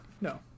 No